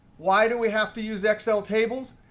why do we have to use excel tables?